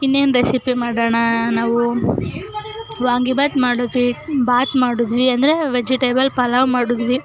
ಇನ್ನೇನು ರೆಸಿಪಿ ಮಾಡೋಣ ನಾವು ವಾಂಗಿಬಾತು ಮಾಡಿದ್ವಿ ಬಾತು ಮಾಡಿದ್ವಿ ಅಂದರೆ ವೆಜಿಟೇಬಲ್ ಪಲಾವು ಮಾಡಿದ್ವಿ